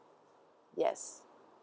yes